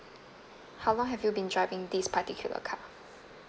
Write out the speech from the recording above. how long have you been driving this particular car